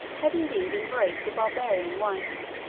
had indeed embraced a barbarian wife.